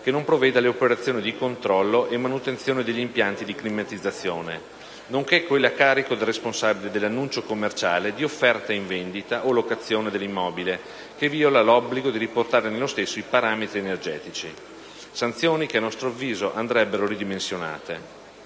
che non provveda alle operazioni di controllo e manutenzione degli impianti di climatizzazione; nonché quelle a carico del responsabile dell'annuncio commerciale di offerta in vendita o locazione dell'immobile che viola l'obbligo di riportare nello stesso i parametri energetici: sanzioni che a nostro avviso andrebbero ridimensionate.